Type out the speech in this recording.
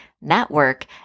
network